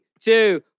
two